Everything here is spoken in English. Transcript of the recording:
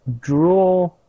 draw